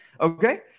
Okay